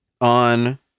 on